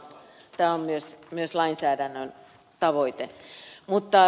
tämä on myös lainsäädännön tavoite